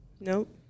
Nope